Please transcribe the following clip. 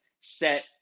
set